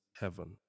heaven